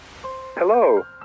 Hello